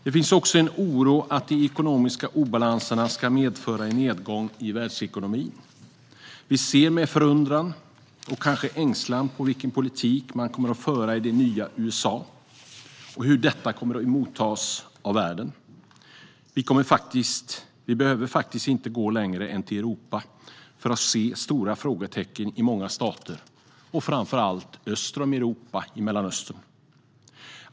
Det finns också en oro för att de ekonomiska obalanserna ska medföra en nedgång i världsekonomin. Vi frågar oss med förundran och kanske ängslan vilken politik man kommer att föra i det nya USA och hur detta kommer att tas emot av världen. Vi behöver faktiskt inte gå längre än till Europa för att se stora frågetecken i många stater. Framför allt gäller det också öster om Europa, i Mellanöstern.